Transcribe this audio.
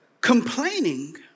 Complaining